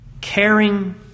caring